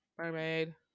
Mermaid